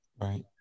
Right